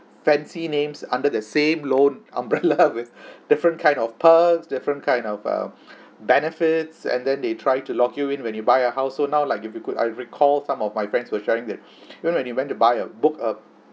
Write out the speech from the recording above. fancy names under the same loan umbrella with different kind of perks different kind of um benefits and then they try to lock you in when you buy a house so now like if you could I recall some of my friends were sharing that you know when you went to buy a book a